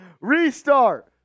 restart